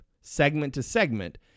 segment-to-segment